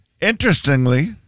Interestingly